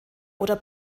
oder